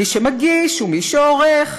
מי שמגיש ומי שעורך,